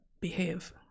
behave